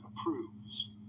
approves